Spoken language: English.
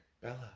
Bella